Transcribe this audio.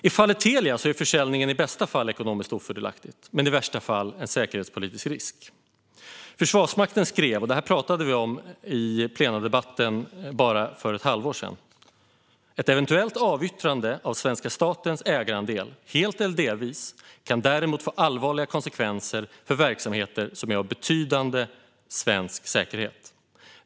I fallet Telia är försäljningen i bästa fall ekonomiskt ofördelaktig, i värsta fall en säkerhetspolitisk risk. Försvarsmakten har skrivit - detta pratade vi om i plenidebatten för bara ett halvår sedan: "Ett eventuellt avyttrande av svenska statens ägarandel, helt eller delvis, kan däremot få allvarliga konsekvenser för verksamheter som är betydande för Sverige säkerhet .